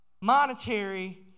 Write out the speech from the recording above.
monetary